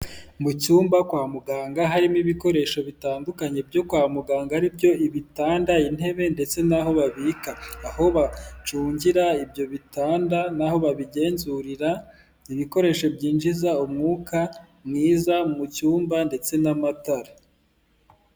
Mu cyumba kwa muganga harimo ibikoresho bitandukanye byo kwa muganga, ari byo ibitanda, intebe ndetse n'aho babika, aho bacungira ibyo bitanda n'aho babigenzurira, ibikoresho byinjiza umwuka mwiza mu cyumba ndetse n'amatara.